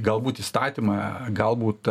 galbūt įstatymą galbūt